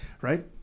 right